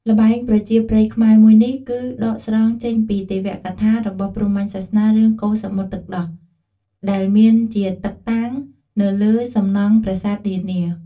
ល្បែងប្រជាប្រិយខ្មែរមួយនេះ គឺដកស្រង់ចេញពីទេវកថារបស់ព្រហ្មញ្ញសាសនា រឿង កូរសមុទ្រទឹកដោះ ដែលមានជាតឹកតាង នៅលើសំណង់ប្រាសាទនានា។